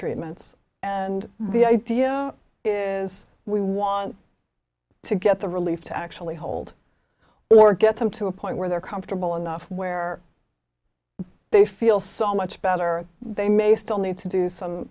treatments and the idea is we want to get the relief to actually hold or get them to a point where they're comfortable enough where they feel so much better they may still need to do some